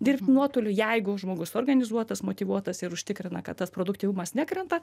dirbt nuotoliu jeigu žmogus organizuotas motyvuotas ir užtikrina kad tas produktyvumas nekrenta